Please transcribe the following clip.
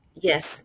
Yes